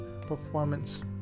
performance